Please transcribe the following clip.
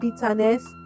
bitterness